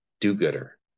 do-gooder